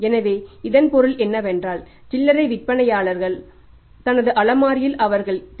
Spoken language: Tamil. எனவே இதன் பொருள் என்னவென்றால் சில்லறை விற்பனையாளர் தனது அலமாரியில் அவர்கள் T